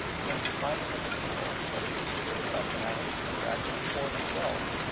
since, finding that the people, whether instigated by fanatics or acting for themselves,